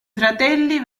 fratelli